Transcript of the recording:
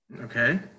Okay